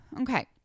Okay